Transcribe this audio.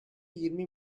yirmi